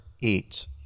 eats